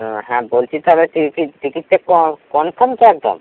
ও হ্যাঁ বলছি তবে তুই কি টিকিটটা কনফার্ম তো একদম